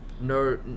no